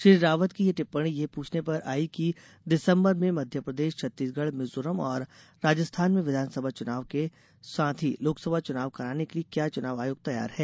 श्री रावत की यह टिप्पाणी यह प्रछने पर आई कि दिसम्बर में मध्य प्रदेश छत्तीसगढ़ मिज़ोरम और राजस्था्न में विधानसभा चुनाव के साथ ही लोकसभा चुनाव कराने के लिए क्या चुनाव आयोग तैयार है